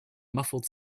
muffled